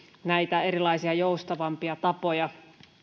näitä erilaisia joustavampia tapoja